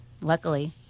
Luckily